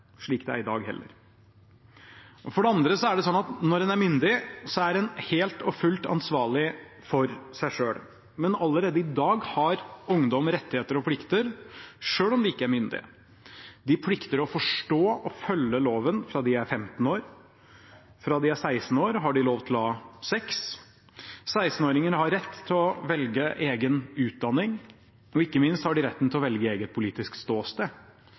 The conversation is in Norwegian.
i dag heller. For det andre er det slik at når en er myndig, er en helt og fullt ansvarlig for seg selv. Men allerede i dag har ungdom rettigheter og plikter selv om de ikke er myndige. De plikter å forstå og følge loven fra de er 15 år. Fra de er 16 år, har de lov til å ha sex, 16-åringer har rett til å velge egen utdanning, og ikke minst har de rett til å velge eget politisk ståsted.